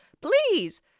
Please